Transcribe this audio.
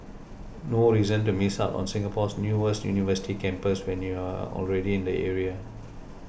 no reason to miss out on Singapore's newest university campus when you're already in the area